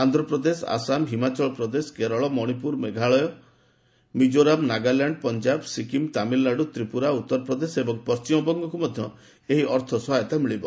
ଆନ୍ଧ୍ରପ୍ରଦେଶ ଆସାମ ହିମାଚଳ ପ୍ରଦେଶ କେରଳ ମଣିପୁର ମେଘାଳୟ ମିକୋରାମ୍ ନାଗାଲ୍ୟାଣ୍ଡ ପଞ୍ଜାବ ସିକ୍କିମ୍ ତାମିଲନାଡୁ ତ୍ରିପୁରା ଉତ୍ତର ପ୍ରଦେଶ ଏବଂ ପଣ୍ଟିମବଙ୍ଗକୁ ମଧ୍ୟ ଏହି ଆର୍ଥକ ସହାୟତା ମିଳିବ